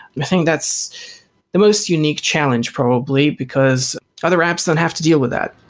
i think that's the most unique challenge probably, because other apps don't have to deal with that.